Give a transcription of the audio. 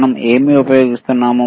మనం ఏమి ఉపయోగిస్తున్నాము